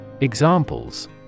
Examples